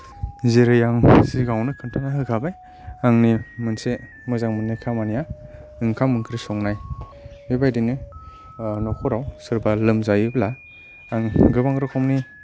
जेरै आं सिगांआवनो खोन्थाना होखाबाय आंनि मोनसे मोजां मोन्नाय खामानिया ओंखाम ओंख्रि संनाय बेबायदिनो नखराव सोरबा लोमजायोब्ला आं गोबां रखमनि